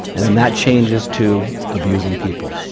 and then that changes to abusing people.